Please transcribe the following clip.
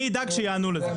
אני אדאג שיענו על זה.